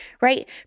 right